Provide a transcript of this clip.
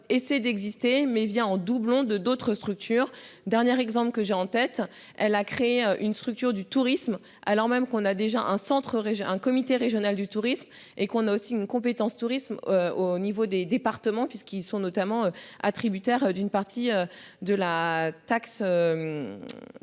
et c'est d'exister mais vient en doublon de d'autres structures. Dernier exemple que j'ai en tête, elle a créé une structure du tourisme alors même qu'on a déjà un centre un comité régional du tourisme et qu'on a aussi une compétence tourisme au niveau des départements, puisqu'ils sont notamment attributaire d'une partie de la taxe.